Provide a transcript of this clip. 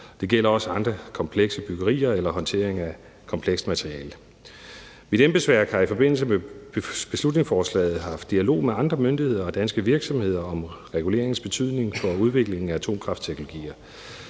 Det gælder også andre komplekse byggerier eller håndtering af komplekst materiale. Mit embedsværk har i forbindelse med beslutningsforslaget haft dialog med andre myndigheder og danske virksomheder om reguleringens betydning for udviklingen af atomkraftteknologier.